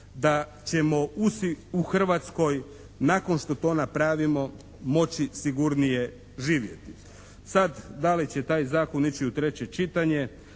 da ćemo u Hrvatskoj nakon što to napravimo moći sigurnije živjeti. Sad, da li će taj zakon ići u treće čitanje